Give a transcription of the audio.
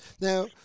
now